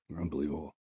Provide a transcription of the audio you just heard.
Unbelievable